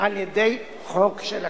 על-ידי חוק של הכנסת.